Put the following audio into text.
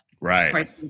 Right